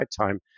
time